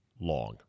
long